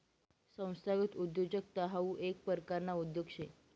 संस्थागत उद्योजकता हाऊ येक परकारना उद्योग शे